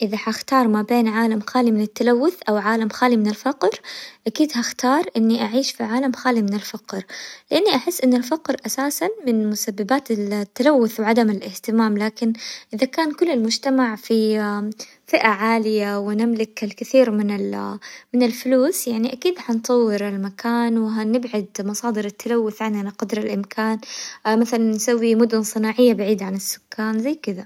اذا حختار ما بين عالم خالي من التلوث او عالم خالي من الفقر، اكيد هختار اني اعيش في عالم خالي من الفقر لاني احس ان الفقر اساسا من مسببات التلوث وعدم الاهتمام، لكن إذا كان كل المجتمع في فئة عالية ونملك كثير من- من الفلوس يعني اكيد حنطور المكان وهنبعد مصادر التلوث عنها عن قدر الامكان، مثلا نسوي مدن صناعية بعيدة عن السكان زي كذا.